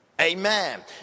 Amen